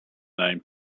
name